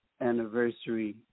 anniversary